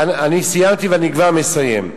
אני סיימתי ואני כבר מסיים.